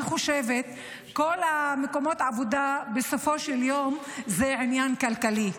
אני חושבת שכל מקומות העבודה בסופו של יום זה עניין כלכלי.